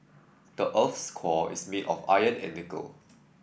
the earth's core is made of iron and nickel